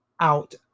out